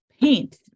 paint